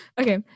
okay